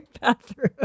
bathroom